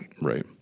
Right